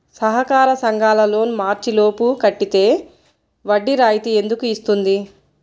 సహకార సంఘాల లోన్ మార్చి లోపు కట్టితే వడ్డీ రాయితీ ఎందుకు ఇస్తుంది?